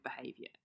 behavior